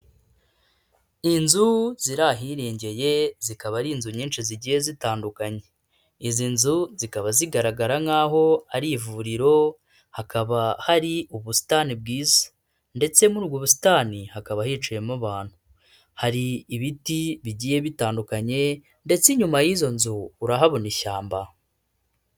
Inzu ziri ahirengeye zikaba ari inzu nyinshi zigiye zitandukanye, izi nzu zikaba zigaragara nk'aho ari ivuriro. Hakaba hari ubusitani bwiza ndetse muri ubwo busitani hakaba hiciyemo abantu, hari ibiti bigiye bitandukanye ndetse inyuma y'izo nzu urahabona ishyamba.